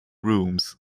rooms